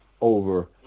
over